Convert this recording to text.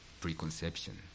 preconception